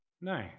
No